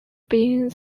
being